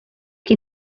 qui